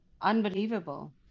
Unbelievable